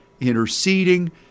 interceding